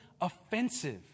offensive